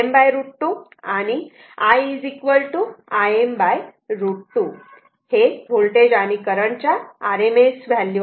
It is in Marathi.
I Im √ 2 हे व्होल्टेज आणि करंट ची RMS व्हॅल्यू आहे